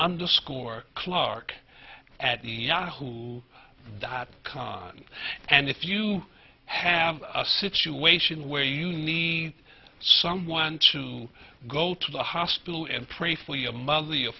underscore clark at the yahoo dot com and if you have a situation where you need someone to go to the hospital and pray for your mother your